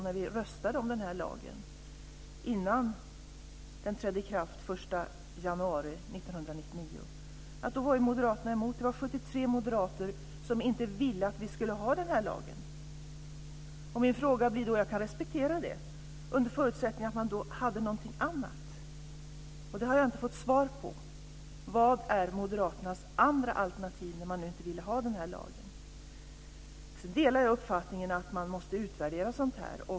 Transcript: När vi röstade om den här lagen, innan den trädde i kraft den 1 januari 1999, var moderaterna emot. Det var 43 moderater som inte ville att vi skulle ha den här lagen. Jag kan respektera det under förutsättning att man hade någonting annat. Det har jag inte fått svar på. Vad är moderaternas andra alternativ när man inte ville ha den här lagen? Jag delar uppfattningen att man måste utvärdera sådant här.